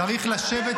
צריך לשבת על המדוכה.